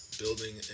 Building